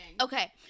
Okay